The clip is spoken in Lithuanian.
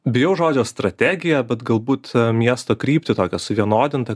bijau žodžio strategiją bet galbūt miesto kryptį tokią suvienodintą